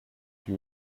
you